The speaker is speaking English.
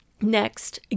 Next